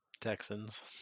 Texans